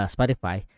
Spotify